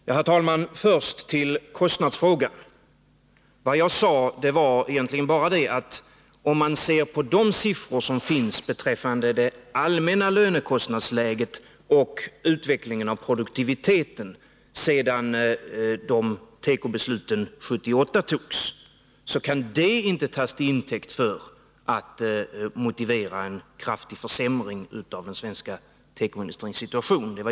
Herr talman! Först till kostnadsfrågan. Innebörden av vad jag sade var att de siffror som finns beträffande det allmänna lönekostnadsläget och utvecklingen av produktiviteten efter tekobesluten 1978 inte kan tas till intäkt för eller motivera en kraftig försämring av den svenska tekoindustrins situtation.